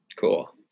Cool